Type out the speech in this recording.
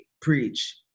preach